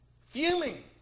Fuming